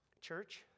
Church